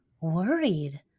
worried